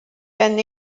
gen